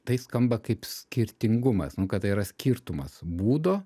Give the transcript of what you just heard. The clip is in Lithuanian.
tai skamba kaip skirtingumas kada yra skirtumas būdo